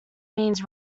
means